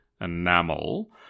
enamel